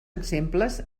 exemples